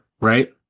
right